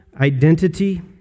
identity